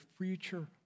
future